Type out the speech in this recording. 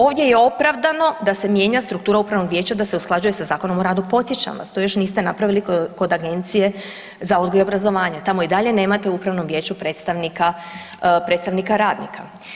Ovdje je opravdano da se mijenja struktura upravnog vijeća da se usklađuje sa Zakonom o radu, podsjećam vas to još niste napravili kod Agencije za odgoj i obrazovanje tamo i dalje nemate u upravnom vijeću predstavnika, predstavnika radnika.